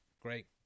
Great